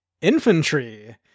infantry